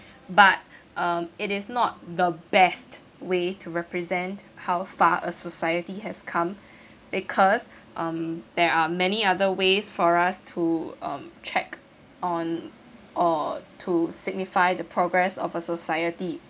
but um it is not the best way to represent how far a society has come because um there are many other ways for us to um check on or to signify the progress of a society